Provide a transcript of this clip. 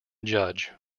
judge